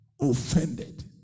offended